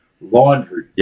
Laundry